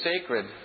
sacred